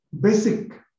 basic